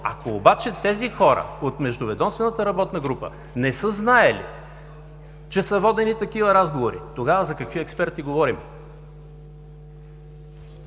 Ако обаче хората от Междуведомствената работна група не са знаели, че са водени такива разговори, тогава за какви експерти говорим?